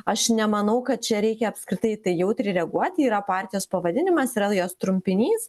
aš nemanau kad čia reikia apskritai į tai jautriai reaguoti yra partijos pavadinimas yra jos trumpinys